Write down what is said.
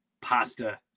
pasta